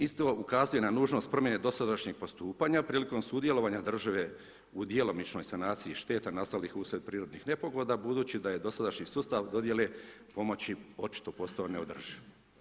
Isto ukazuje na nužnost promjene dosadašnjeg postupanja, prilikom sudjelovanje države u djelomičnoj sanaciji šteta nastalih uslijed prirodnih nepogoda, budući da je dosadašnji sustav dodjele pomoći očito postao neodrživ.